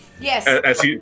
Yes